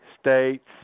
states